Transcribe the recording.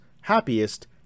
happiest